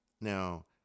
Now